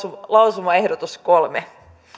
lausumaehdotus kolme